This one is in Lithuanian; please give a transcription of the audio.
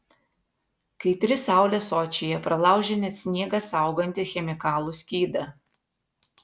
kaitri saulė sočyje pralaužia net sniegą saugantį chemikalų skydą